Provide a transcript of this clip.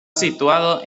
situado